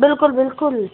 बिल्कुलु बिल्कुलु